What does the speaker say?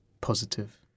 positive